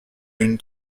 une